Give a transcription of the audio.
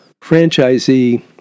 franchisee